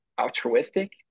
altruistic